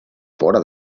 fora